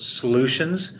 solutions